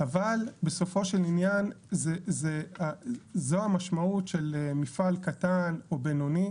אבל בסופו של עניין זו המשמעות של מפעל קטן או בינוני,